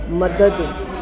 मदद